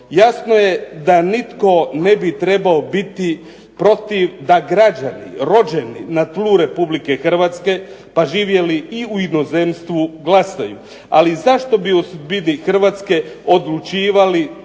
Jasno je da nitko ne bi trebao biti protiv da građani rođeni na tlu RH pa živjeli i u inozemstvu glasaju, ali zašto bi o biti Hrvatske odlučivali